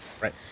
Right